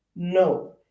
No